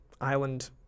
island